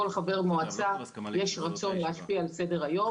חבר מועצה יש רצון להשפיע על סדר היום.